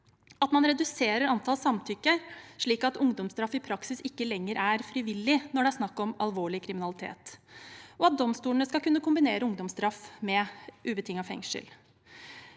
at man reduserer antall samtykker slik at ungdomsstraff i praksis ikke lenger er frivillig når det er snakk om alvorlig kriminalitet, og at domstolene skal kunne kombinere ungdomsstraff med ubetinget fengsel.